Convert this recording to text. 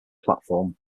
platform